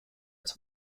its